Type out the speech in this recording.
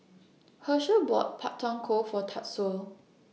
Hershell bought Pak Thong Ko For Tatsuo